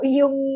yung